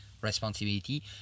responsibility